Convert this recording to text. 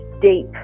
deep